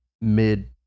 mid